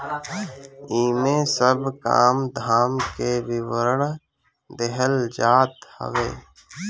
इमे सब काम धाम के विवरण देहल जात हवे